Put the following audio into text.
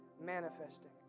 manifesting